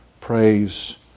praise